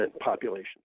population